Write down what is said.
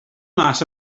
mas